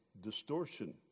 distortion